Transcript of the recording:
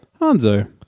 Hanzo